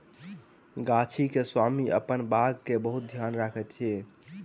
गाछी के स्वामी अपन बाग के बहुत ध्यान रखैत अछि